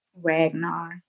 Ragnar